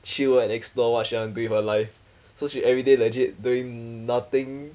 chill and explore what she want to do with her life so she everyday legit doing nothing